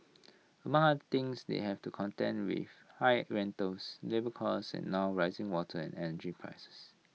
among other things they have to contend with high rentals labour costs and now rising water and energy prices